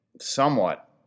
somewhat